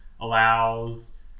allows